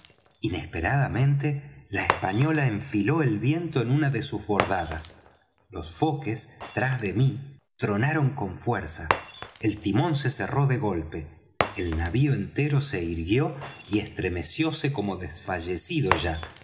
inesperadamente la española enfiló el viento en una de sus bordadas los foques tras de mí tronaron con fuerza el timón se cerró de golpe el navío entero se irguió y estremecióse como desfallecido ya